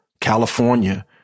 California